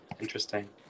Interesting